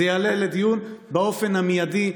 זה יעלה לדיון באופן המיידי,